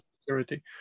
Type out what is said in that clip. security